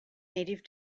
native